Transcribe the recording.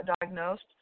diagnosed